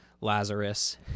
Lazarus